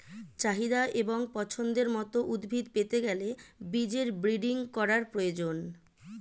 চাহিদা এবং পছন্দের মত উদ্ভিদ পেতে গেলে বীজের ব্রিডিং করার প্রয়োজন